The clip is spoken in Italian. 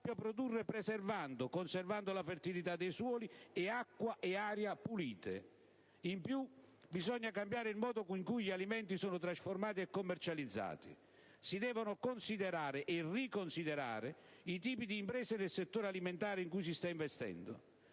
sappia produrre preservando, conservando la fertilità dei suoli e acqua e aria pulite; in più bisogna cambiare il modo in cui gli alimenti sono trasformati e commercializzati; si devono considerare, e riconsiderare, i tipi di imprese nel settore alimentare in cui si sta investendo.